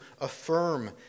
affirm